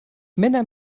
männer